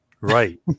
Right